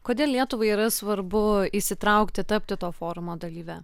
kodėl lietuvai yra svarbu įsitraukti tapti to forumo dalyve